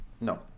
No